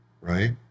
right